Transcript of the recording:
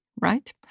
right